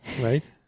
right